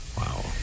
Wow